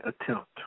attempt